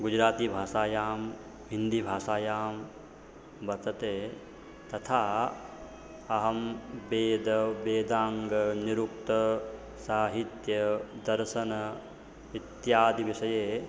गुजरातीभाषायां हिन्दीभाषायां वर्तते तथा अहं वेदः वेदाङ्गं निरुक्तं साहित्यं दर्शनम् इत्यादिविषये